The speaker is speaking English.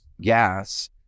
gas